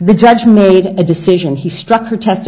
the judge made a decision he struck her testi